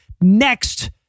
next